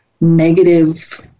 negative